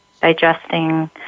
digesting